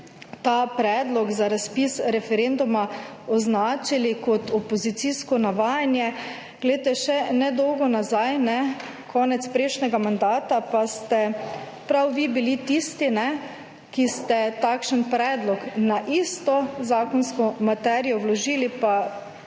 ta predlog za razpis referenduma označili kot opozicijsko navajanje. Poglejte, še nedolgo nazaj, konec prejšnjega mandata pa ste prav vi bili tisti, ki ste takšen predlog na isto zakonsko materijo vložili